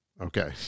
Okay